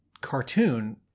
cartoon